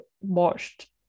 watched